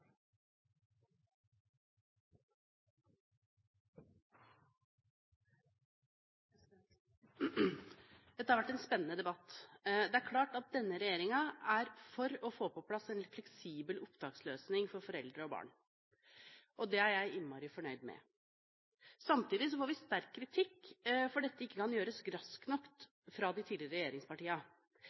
er klart at denne regjeringen er for å få på plass en fleksibel opptaksløsning for foreldre og barn, og det er jeg innmari fornøyd med. Samtidig får vi sterk kritikk fra de tidligere regjeringspartiene fordi dette ikke kan gjøres raskt nok. Dette er litt spesielt all den tid de